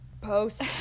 post